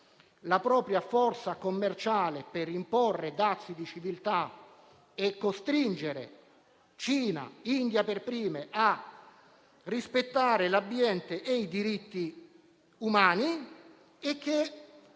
la propria forza commerciale per imporre dazi di civiltà e costringere Cina e India, per prime, a rispettare l'ambiente e i diritti umani e che